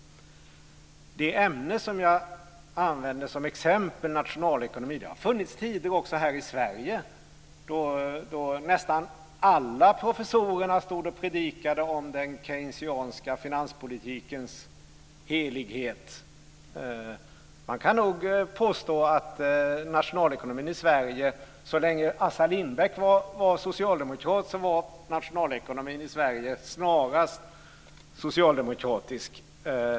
Det ämne som jag använde som exempel var nationalekonomi. Det har funnits tider också här i Sverige då nästan alla professorer stod och predikade om den keynesianska finanspolitikens helighet. Man kan nog påstå att nationalekonomin i Sverige, så länge Assar Lindbeck var socialdemokrat, snarast var socialdemokratisk.